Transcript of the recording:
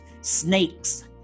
Snakes